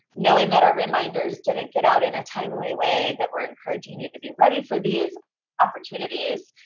knowing that our reminder didn't get out in a timely way, that we're encouraging you to be ready for these opportunities.